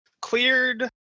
cleared